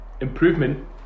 improvement